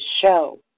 show